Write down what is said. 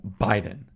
Biden